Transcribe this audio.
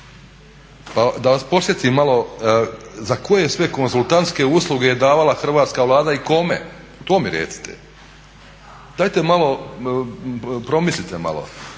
Pa da podsjetim malo za koje sve konzultantske usluge je davala hrvatska Vlada i kome. To mi recite. Dajte malo, promislite malo.